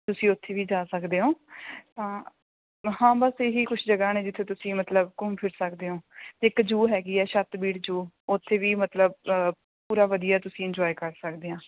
ਤੁਸੀਂ ਉੱਥੇ ਵੀ ਜਾ ਸਕਦੇ ਹੋ ਤਾਂ ਹਾਂ ਬਸ ਇਹ ਹੀ ਕੁਝ ਜਗ੍ਹਾ ਨੇ ਜਿੱਥੇ ਤੁਸੀਂ ਮਤਲਬ ਘੁੰਮ ਫਿਰ ਸਕਦੇ ਹੋ ਅਤੇ ਇੱਕ ਜੂ ਹੈਗੀ ਆ ਛੱਤ ਬੀੜ ਜੋ ਉੱਥੇ ਵੀ ਮਤਲਬ ਪੂਰਾ ਵਧੀਆ ਤੁਸੀਂ ਇੰਜੋਏ ਕਰ ਸਕਦੇ ਆ